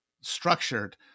structured